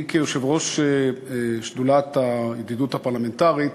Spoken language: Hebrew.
אני, כיושב-ראש שדולת הידידות הפרלמנטרית,